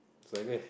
it's like that